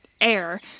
air